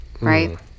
right